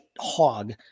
hog